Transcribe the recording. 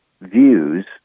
views